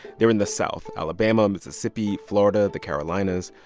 they're in the south alabama, mississippi, florida, the carolinas.